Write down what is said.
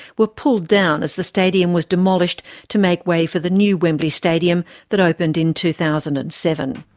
were pulled down as the stadium was demolished to make way for the new wembley stadium that opened in two thousand and seven.